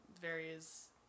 varies